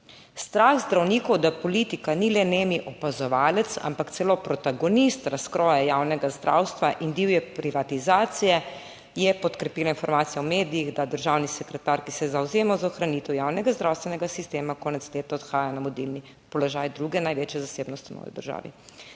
Strah zdravnikov, da politika ni le nemi opazovalec, ampak celo protagonist razkroja javnega zdravstva in divje privatizacije, je podkrepila informacije v medijih, da državni sekretar, ki se zavzema za ohranitev javnega zdravstvenega sistema, konec tedna odhaja na vodilni položaj druge največje zasebnosti v novi državi".